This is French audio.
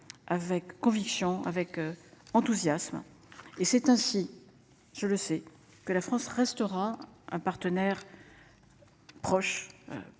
avec conviction avec enthousiasme. Et c'est ainsi. Je le sais que la France restera un partenaire. Proche.